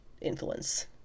influence